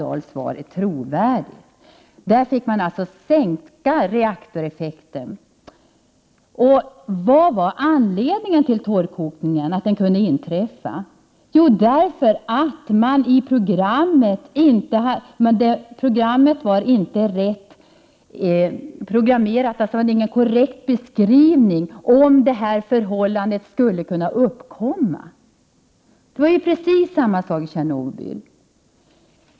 Jag kan inte anse att Birgitta Dahls svar är trovärdigt. Vad var anledningen till att hoptorkningen kunde inträffa? Jo, det berodde på att programmeringen inte var riktig och att det inte fanns någon korrekt beskrivning över vad som skulle göras om detta förhållande skulle uppkomma. Det var precis samma sak som i Tjernobyl.